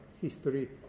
history